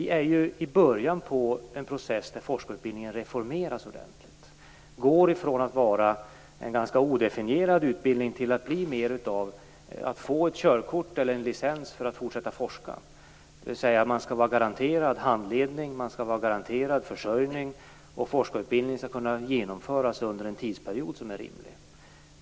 Vi är ju i början av en process där forskarutbildningen reformeras ordentligt och går från att vara en ganska odefinierad utbildning till att bli en sådan utbildning att man så att säga får ett körkort eller en licens för att fortsätta forska, dvs. att man skall vara garanterad handledning och försörjning och att forskarutbildningen skall kunna genomföras under en rimlig tidsperiod.